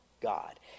God